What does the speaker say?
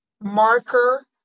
marker